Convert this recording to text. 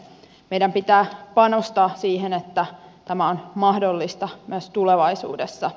meidän pitää panostaa siihen että tämä on mahdollista myös tulevaisuudessa